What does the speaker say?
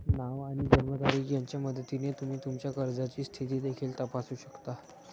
नाव आणि जन्मतारीख यांच्या मदतीने तुम्ही तुमच्या कर्जाची स्थिती देखील तपासू शकता